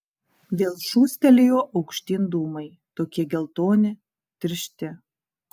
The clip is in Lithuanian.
vėl šūstelėjo aukštyn dūmai tokie geltoni tiršti